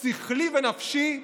שכלי ונפשי,